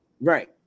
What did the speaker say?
Right